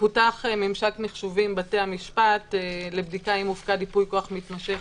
פותח ממשק מחשובי עם בתי המשפט לבדיקה אם הופקד ייפוי כוח מתמשך